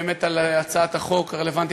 באמת על הצעת החוק הרלוונטית,